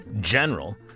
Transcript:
General